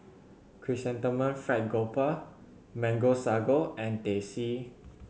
Chrysanthemum Fried Garoupa Mango Sago and Teh C